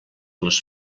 les